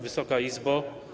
Wysoka Izbo!